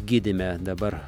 gydyme dabar